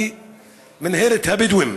היא מינהלת הבדואים.